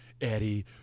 Eddie